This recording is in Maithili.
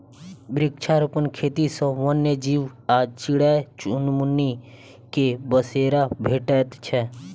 वृक्षारोपण खेती सॅ वन्य जीव आ चिड़ै चुनमुनी के बसेरा भेटैत छै